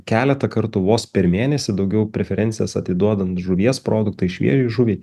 keletą kartų vos per mėnesį daugiau preferencijas atiduodant žuvies produktai šviežiai žuviai